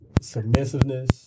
submissiveness